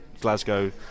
Glasgow